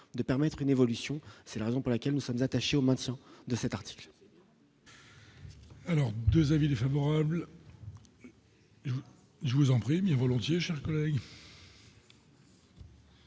de permettre une évolution, c'est la raison pour laquelle nous sommes attachés au maintien de cet article. Alors 2 avis défavorables. Je vous en prie mis volontiers chers collègues.